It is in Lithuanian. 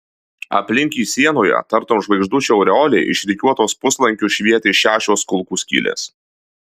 aplink jį sienoje tartum žvaigždučių aureolė išrikiuotos puslankiu švietė šešios kulkų skylės